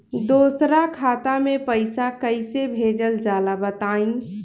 दोसरा खाता में पईसा कइसे भेजल जाला बताई?